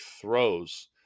throws